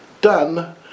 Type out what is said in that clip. done